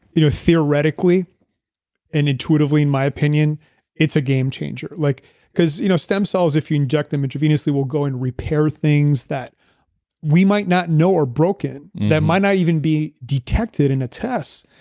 you know theoretically and intuitively in my opinion it's a game changer. like because you know stem cells, if you inject them intravenously, we'll go and repair things that we might not know are broken that might not even be detected in a test,